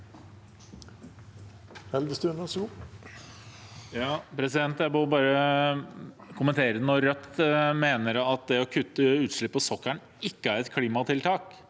Jeg må bare kommen- tere at Rødt mener at det å kutte utslipp på sokkelen ikke er et klimatiltak: